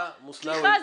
סליחה,